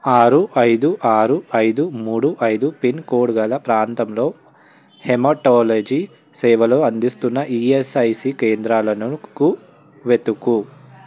ఆరు ఐదు ఆరు ఐదు మూడు ఐదు పిన్ కోడ్ గల ప్రాంతంలో హెమటాలజీ సేవలు అందిస్తున్న ఈఎస్ఐసి కేంద్రాలనుకు వెతుకు